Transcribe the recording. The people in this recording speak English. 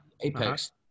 Apex